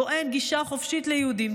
שבו אין גישה חופשית ליהודים,